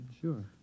Sure